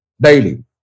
daily